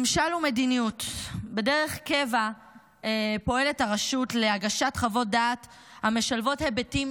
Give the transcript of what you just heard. ממשל ומדיניות בדרך קבע פועלת הרשות להגשת חוות דעת המשלבות היבטים